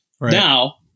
Now